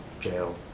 jail,